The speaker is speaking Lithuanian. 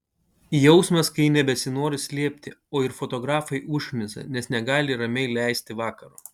jausmas kai nebesinori slėpti o ir fotografai užknisa nes negali ramiai leisti vakaro